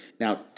Now